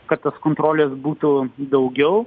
kad tos kontrolės būtų daugiau